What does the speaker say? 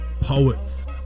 poets